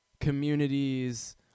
communities